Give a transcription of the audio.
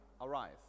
arise